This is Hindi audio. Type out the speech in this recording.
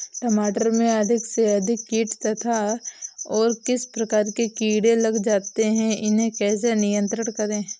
टमाटर में अधिक से अधिक कीट तथा और भी प्रकार के कीड़े लग जाते हैं इन्हें कैसे नियंत्रण करें?